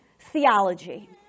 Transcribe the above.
theology